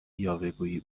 یاوهگویی